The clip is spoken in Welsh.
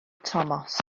tomos